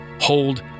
Hold